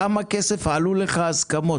כמה כסף עלו לך ההסכמות?